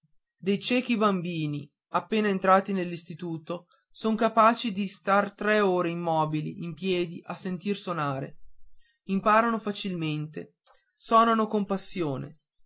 dei ciechi bambini appena entrati nell'istituto son capaci di star tre ore immobili in piedi a sentir sonare imparano facilmente suonano con passione